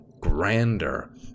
grander